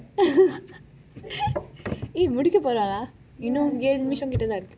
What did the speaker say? eh முடிக்க போறோம்:mudikka porom lah இன்னும் ஏழு நிமிஷம் கிட்டே தான் இருக்கு:innum ezhu nimisham thaan irukku